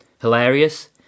hilarious